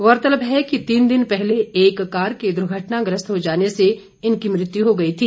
गौरतलब है कि तीन दिन पहले एक कार के दुर्घटनाग्रस्त हो जाने से इनकी मृत्यु हो गई थी